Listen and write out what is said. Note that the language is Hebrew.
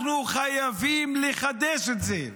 אנחנו חייבים לחדש את זה,